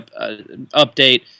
update